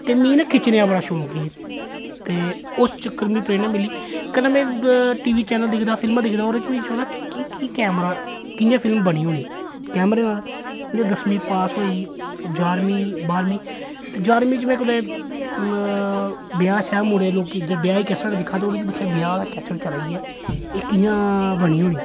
ते मी ना खिचने दा बड़ा शौंक ही ते उस चक्कर च मिगी प्रेरना मिली कन्नै मे टी वी चैनल दिखदा हा फिल्मां दिखदा ओह्दे च बी केह् के्ह कैमरा कि'यां फिल्म बनी होनी कैमरे नाल जियां दसमीं पास होई जाहरमीं बाहरमी ते जाहरमीं च में कुदै ब्याह् श्याह् मुड़े बड़े लोक ब्याह् दी कैस्ट दिक्खा दे होने ब्याह दी कैस्ट चला दी ऐ एह् कि'यां बनी होनी